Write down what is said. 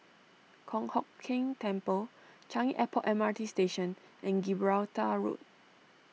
Kong Hock Keng Temple Changi Airport M R T Station and Gibraltar Road